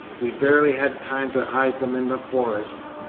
we barely had time to hide them in the forest.